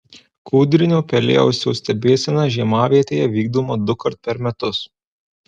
kūdrinio pelėausio stebėsena žiemavietėje vykdoma dukart per metus